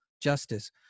Justice